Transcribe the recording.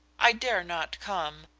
i dare not come.